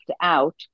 out